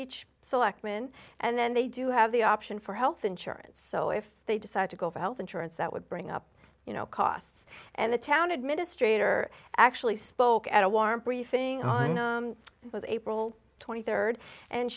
each selectman and then they do have the option for health insurance so if they decide to go for health insurance that would bring up you know costs and the town administrator actually spoke at a warm briefing on was april twenty third and